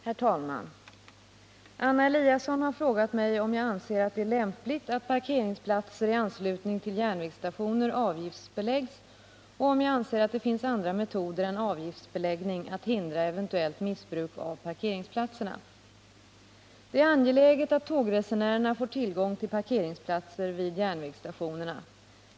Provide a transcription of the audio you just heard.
Herr talman! Anna Eliasson har frågat mig om jag anser att det är lämpligt att parkeringsplatser i anslutning till järnvägsstationer avgiftsbeläggs och om jag anser att det finns andra metoder än avgiftsbeläggning att hindra eventuellt missbruk av parkeringsplatserna. Det är angeläget att tågresenärerna får tillgång till parkeringsplatser vid järnvägsstationerna.